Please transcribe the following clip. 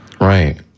Right